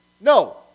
No